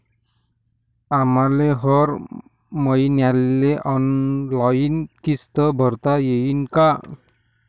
आम्हाले हर मईन्याले ऑनलाईन किस्त भरता येईन का?